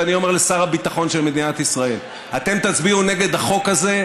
ואני אומר לשר הביטחון של מדינת ישראל: אתם תצביעו נגד החוק הזה,